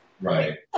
Right